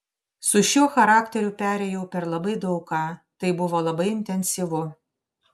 su šiuo charakteriu perėjau per labai daug ką tai buvo labai intensyvu